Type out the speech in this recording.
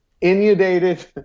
inundated